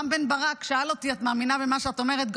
רם בן ברק שאל אותי: את מאמינה במה שאת אומרת,